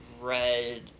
red